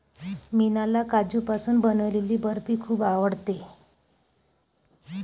मीनाला काजूपासून बनवलेली बर्फी खूप आवडते